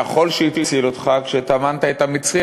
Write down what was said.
והחול שהציל אותך כשטמנת את המצרי,